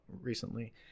recently